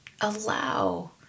allow